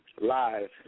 live